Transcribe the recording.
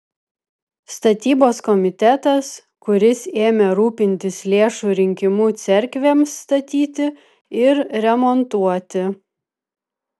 statybos komitetas kuris ėmė rūpintis lėšų rinkimu cerkvėms statyti ir remontuoti